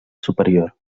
superior